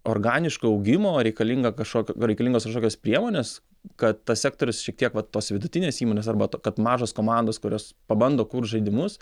organiško augimo reikalinga kažkokia reikalingos kažkokios priemonės kad tas sektorius šiek tiek vat tos vidutinės įmonės arba kad mažos komandos kurios pabando kurt žaidimus